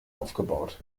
aufgebaut